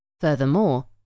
Furthermore